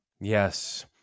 Yes